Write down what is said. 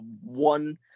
one